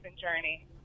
journey